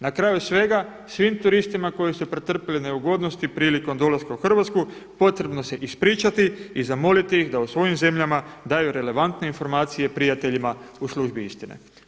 Na kraju svega, svim turistima koji su pretrpjeli neugodnosti prilikom dolaska u Hrvatsku potrebno se ispričati i zamoliti ih da u svojim zemljama daju relevantne informacije prijateljima u službi istine.